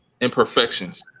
imperfections